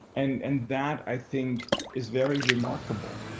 and and that i think is very remarkable.